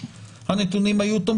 הוא משתחרר ונגמר הסיפור.